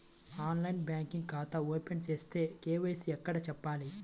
ఆన్లైన్లో బ్యాంకు ఖాతా ఓపెన్ చేస్తే, కే.వై.సి ఎక్కడ చెప్పాలి?